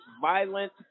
violent